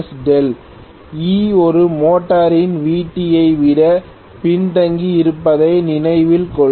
E ஒரு மோட்டரில் Vt ஐ விட பின்தங்கியிருப்பதை நினைவில் கொள்க